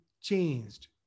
changed